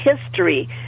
history